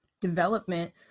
development